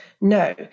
No